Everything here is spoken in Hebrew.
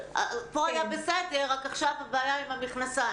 פה זה היה בסדר, רק עכשיו הבעיה היא עם המכנסיים.